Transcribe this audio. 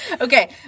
Okay